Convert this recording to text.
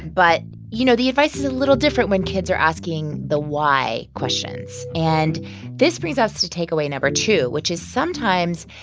but, you know, the advice is a little different when kids are asking the why questions. and this brings us to takeaway number two, which is, sometimes,